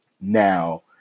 now